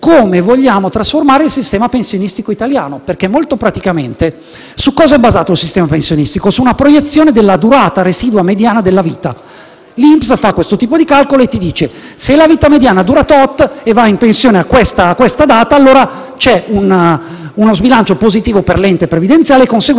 come vogliamo trasformare il sistema pensionistico italiano. Molto praticamente su cosa è basato il sistema pensionistico? Su una proiezione della durata residua mediana della vita. L'INPS fa questo tipo di calcolo e dice che se la vita mediana dura *tot* e si va in pensione a una determinata data, allora c'è uno sbilancio positivo per l'ente previdenziale, con la conseguenza